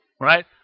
right